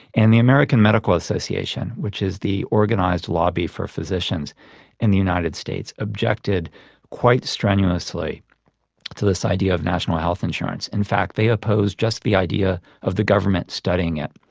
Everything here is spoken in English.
and the american medical association which is the organised lobby for physicians in the united states, objected quite strenuously to this idea of national health insurance, in fact they opposed just the idea of the government studying it,